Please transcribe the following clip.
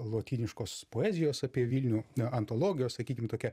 lotyniškos poezijos apie vilnių antologijos sakykim tokia